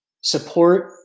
support